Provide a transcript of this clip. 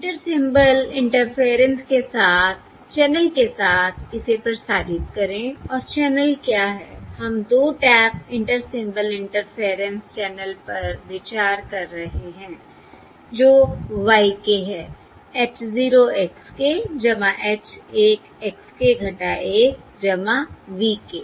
inter symbol interference के साथ channel के साथ इसे प्रसारित करें और चैनल क्या है हम 2 tap inter symbol interference channel पर विचार कर रहे हैं जो y k है h 0 x k h 1 x k 1 V k